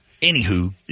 Anywho